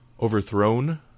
overthrown